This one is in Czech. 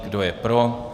Kdo je pro?